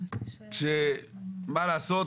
כשמה לעשות,